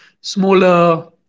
smaller